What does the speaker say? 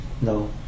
No